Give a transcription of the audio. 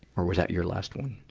or was that your last one?